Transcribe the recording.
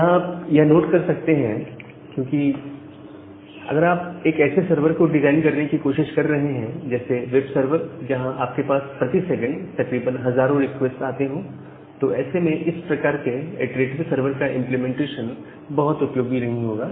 यहां पर आप यह नोट कर सकते हैं क्यों क्योंकि अगर आप एक ऐसे सर्वर को डिजाइन करने की कोशिश कर रहे हैं जैसे वेब सर्वर जहां आपके पास प्रति सेकंड तकरीबन हजारों रिक्वेस्ट आते हो तो ऐसे में इस प्रकार के इटरेटिव सर्वर का इंप्लीमेंटेशन बहुत उपयोगी नहीं होगा